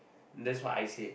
that's what I say